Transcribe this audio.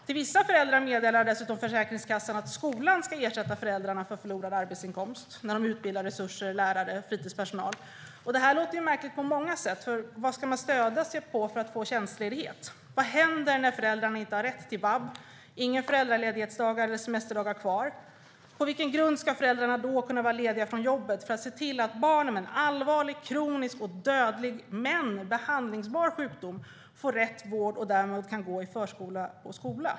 Försäkringskassan meddelar dessutom vissa föräldrar att skolan ska ersätta dem för förlorad arbetsinkomst när de utbildar resurser, lärare och fritidspersonal. Det låter märkligt på många sätt. Vad ska man stödja sig på för att få tjänstledighet? Vad händer när föräldrarna inte har rätt till vab och inte har några föräldraledighetsdagar eller semesterdagar kvar? På vilken grund ska föräldrarna då kunna vara lediga från jobbet för att se till att barn med en allvarlig, kronisk och dödlig, men behandlingsbar, sjukdom får rätt vård och därmed kan gå i förskola och skola?